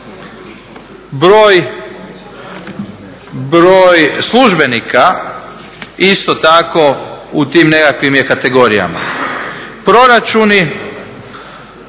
Broj službenika isto tako u tim nekakvim je kategorijama. Proračuni,